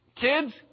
kids